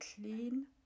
clean